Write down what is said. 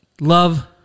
Love